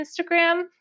Instagram